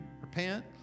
Repent